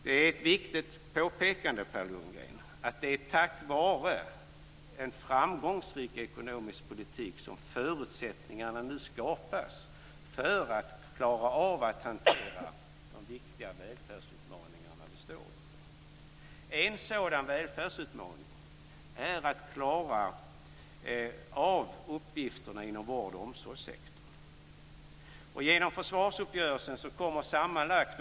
Det är viktigt att påpeka, Per Landgren, att det är tack vare en framgångsrik ekonomi som förutsättningar nu skapas för att klara av att hantera de viktiga välfärdsutmaningar som vi står inför. En sådan välfärdsutmaning är att klara av uppgifterna inom vårdoch omsorgssektorn.